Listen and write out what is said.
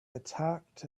attacked